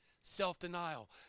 Self-denial